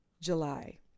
July